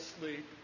sleep